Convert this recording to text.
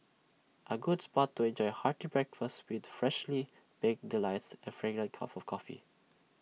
A good spot to enjoy hearty breakfast with freshly baked delights and fragrant cup of coffee